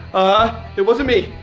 ah it wasn't me!